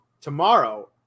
tomorrow